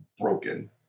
broken